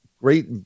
great